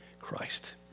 Christ